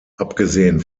abgesehen